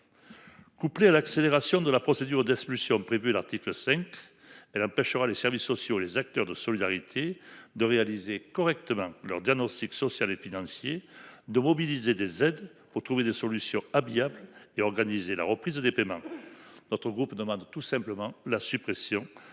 Couplé à l'accélération de la procédure d'expulsion prévue à l'article 5 elle empêchera les services sociaux. Les acteurs de solidarité de réaliser correctement leur diagnostic social et financier de mobiliser des aides pour trouver des solutions amiables et organiser la reprise des PMA. Notre groupe demande tout simplement la suppression